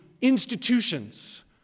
institutions